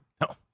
No